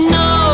no